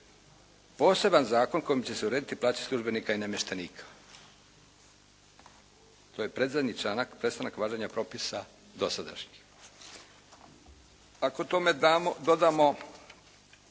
poseban zakon kojim će se urediti plaće službenika i namještenika. To je predzadnji članak, prestanak vladanja propisa dosadašnjih. Ako tome dodamo